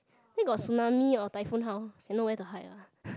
then got tsunami or typhoon how you know where to hide ah